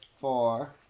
Four